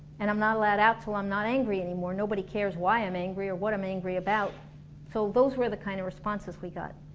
and i'm not allowed out until i'm not angry anymore, nobody cares why i'm angry or what i'm angry about so those were the kind of responses we got